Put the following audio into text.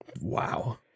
Wow